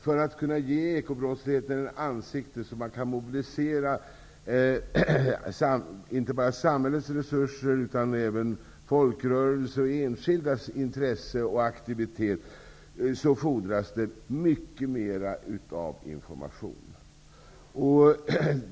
För att kunna ge ekobrottsligheten ett ansikte så att man kan mobilisera inte bara samhällets resurser utan även folkrörelsers och enskildas intresse och aktivitet, fordras mycket mera information.